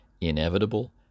inevitable